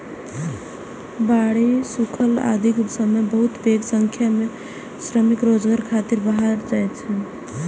बाढ़ि, सुखाड़ आदिक समय बहुत पैघ संख्या मे श्रमिक रोजगार खातिर बाहर जाइ छै